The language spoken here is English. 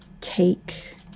take